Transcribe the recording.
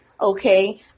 okay